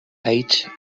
ate